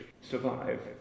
survive